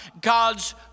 God's